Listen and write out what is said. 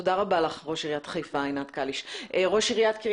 תודה רבה לך, ראש עיריית חיפה עינת קאליש.